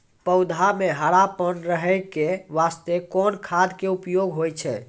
पौधा म हरापन रहै के बास्ते कोन खाद के उपयोग होय छै?